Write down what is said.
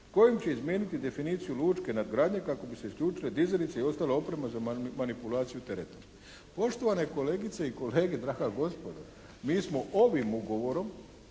kojim će izmijeniti definiciju lučke nadgradnje kako bi se isključile dizalice i ostala oprema za manipulaciju tereta." Poštovane kolegice i kolege, draga gospodo, mi smo ovim ugovorom